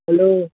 hello